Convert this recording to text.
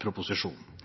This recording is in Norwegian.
proposisjonen.